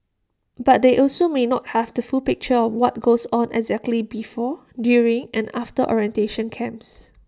but they also may not have the full picture of what goes on exactly before during and after orientation camps